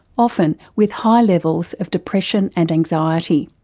often with high levels of depression and anxiety.